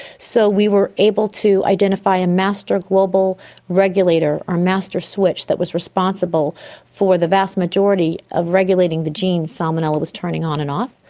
so we were able to identify a master global regulator or master switch that was responsible for the vast majority of regulating the genes salmonella was turning on and off.